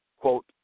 quote